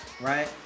right